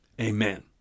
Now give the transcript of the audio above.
amen